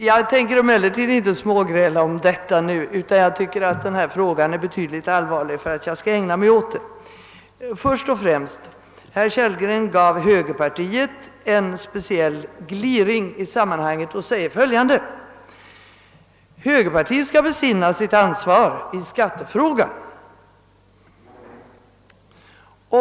Jag tänker emellertid inte smågräla om detta nu; jag tycker att denna fråga är alltför allvarlig för att jag skall ägna mig åt det. Först och främst gav herr Kellgren högerpartiet en speciell gliring och sade: Högerpartiet skall besinna sitt ansvar i skattefrågan.